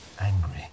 angry